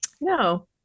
No